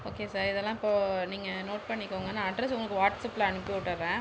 okay sir இதெல்லாம் இப்போது நீங்கள் நோட் பண்ணிக்கோங்க நான் அட்ரெஸ் உங்களுக்கு வாட்ஸ் அப்ல அனுப்பிவிட்டுர்றன்